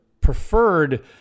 preferred